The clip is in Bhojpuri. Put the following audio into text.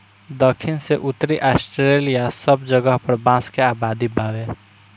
दखिन से उत्तरी ऑस्ट्रेलिआ सब जगह पर बांस के आबादी बावे